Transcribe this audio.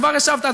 כבר השבת,